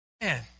man